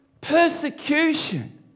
Persecution